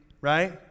Right